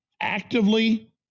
actively